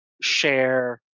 share